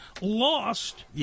lost